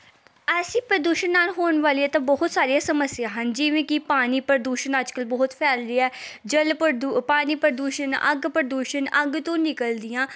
ਅਸੀਂ ਪ੍ਰਦੂਸ਼ਣ ਨਾਲ ਹੋਣ ਵਾਲੀਆਂ ਤਾਂ ਬਹੁਤ ਸਾਰੀਆਂ ਸਮੱਸਿਆ ਹਨ ਜਿਵੇਂ ਕਿ ਪਾਣੀ ਪ੍ਰਦੂਸ਼ਣ ਅੱਜ ਕੱਲ੍ਹ ਬਹੁਤ ਫੈਲ ਰਹੀ ਹੈ ਜਲ ਪ੍ਰਦੂ ਪਾਣੀ ਪ੍ਰਦੂਸ਼ਣ ਅੱਗ ਪ੍ਰਦੂਸ਼ਣ ਅੱਗ ਤੋਂ ਨਿਕਲਦੀਆਂ